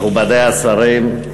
מכובדי השרים,